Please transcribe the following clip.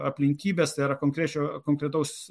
aplinkybės tai yra konkrečios konkretaus